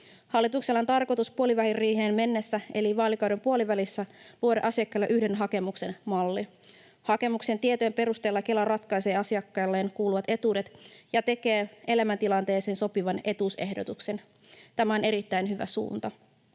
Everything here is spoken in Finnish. Hallituksella on tarkoitus puoliväliriiheen mennessä eli vaalikauden puolivälissä luoda asiakkaille yhden hakemuksen malli. Hakemuksen tietojen perusteella Kela ratkaisee asiakkaalleen kuuluvat etuudet ja tekee elämäntilanteeseen sopivan etuusehdotuksen. Tämä on erittäin hyvä suunta.